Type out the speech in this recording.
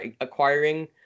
Acquiring